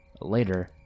Later